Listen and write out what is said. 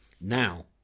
Now